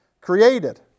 created